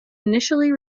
initially